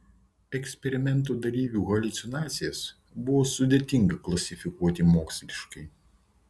eksperimento dalyvių haliucinacijas buvo sudėtinga klasifikuoti moksliškai